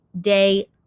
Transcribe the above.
day